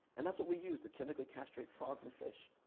and that's what we use to chemically castrate frogs and fish.